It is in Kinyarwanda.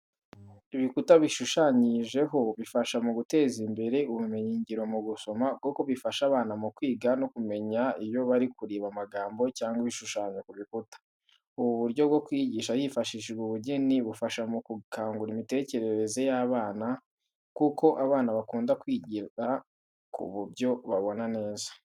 Ibikuta bishushanyijeho bifasha mu guteza imbere ubumenyingiro mu gusoma, kuko bifasha abana mu kwiga no kumenya iyo bari kureba amagambo cyangwa ibishushanyo ku bikuta. Ubu buryo bwo kwigisha hifashishijwe ubugeni bufasha mu gukangura imitekerereze y'abana kuko abana bakunda kwigira ku byo babona neza.